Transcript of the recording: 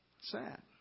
sad